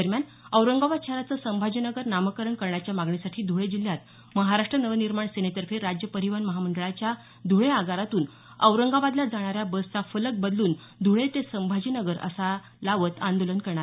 दरम्यान औरंगाबाद शहराचं संभाजीनगर नामकरण करण्याच्या मागणीसाठी ध्रळे जिल्ह्यात महाराष्ट नवनिर्माण सेनेतर्फे राज्य परिवहन महामंडळाच्या धुळे आगारातून औरंगाबादला जाणाऱ्या बसचा फलक बदलून धुळे ते संभाजीनगर असा लावत आंदोलन केलं